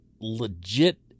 legit